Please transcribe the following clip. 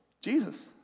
Jesus